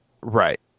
Right